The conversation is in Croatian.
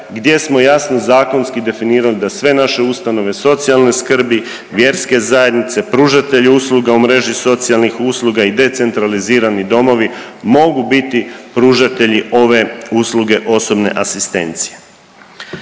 gdje smo jasno zakonski definirali da sve naše ustanove socijalne skrbi, vjerske zajednice, pružatelji usluga u mreži socijalnih usluga i decentralizirani domovi mogu biti pružatelji ove usluge osobne asistencije.